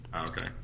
Okay